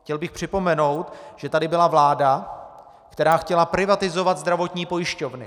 Chtěl bych připomenout, že tady byla vláda, která chtěla privatizovat zdravotní pojišťovny.